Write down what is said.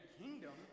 kingdom